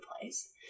place